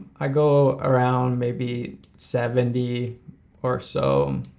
i go around maybe seventy or so.